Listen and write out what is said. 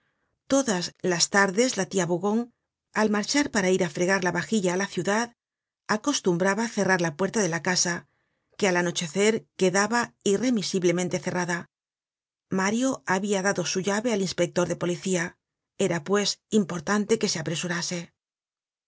todas las tardes la tia bougon al marchar para ir á fregar la vajilla á la ciudad acostumbraba cerrar la puerta de la casa que al anochecer quedaba irremisiblemente cerrada mario habia dado su llave al inspector de policía era pues importante que se apresurase